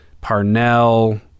Parnell